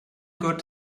gott